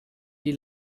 die